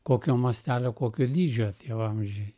kokio mastelio kokio dydžio tie vamzdžiai